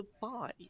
goodbye